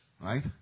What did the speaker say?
right